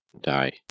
die